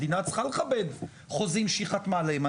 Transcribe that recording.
מדינה צריכה לכבד חוזים שהיא חתמה עליהם.